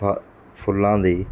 ਫ ਫੁੱਲਾਂ ਦੀ